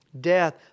death